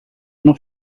noch